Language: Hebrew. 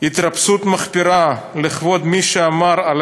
חתן פרס ישראל,